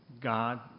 God